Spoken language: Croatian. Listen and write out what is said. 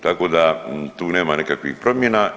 Tako da tu nema nekakvih promjena.